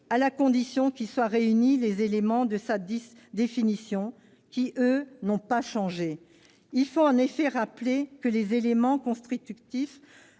à la condition que soient réunis les éléments de sa définition, qui, eux, n'ont pas changé. Il faut rappeler que les éléments constitutifs